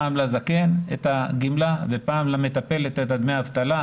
פעם את הגימלה לזקן ופעם למטפלת דמי אבטלה,